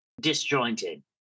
disjointed